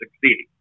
succeeding